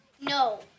No